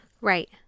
Right